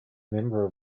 member